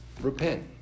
repent